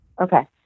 Okay